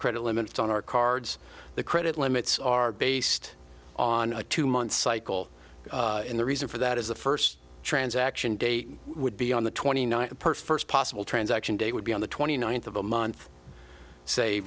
credit limits on our cards the credit limits are based on a two month cycle in the reason for that is the first transaction date would be on the twenty nine per first possible transaction day would be on the twenty ninth of a month say